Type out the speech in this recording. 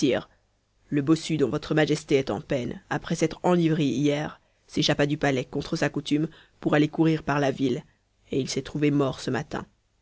le bossu dont votre majesté est en peine après s'être enivré hier s'échappa du palais contre sa coutume pour aller courir par la ville et il s'est trouvé mort ce matin